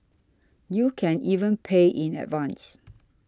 you can even pay in advance